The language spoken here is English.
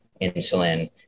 insulin